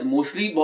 Mostly